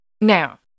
now